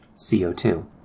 CO2